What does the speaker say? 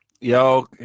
Yo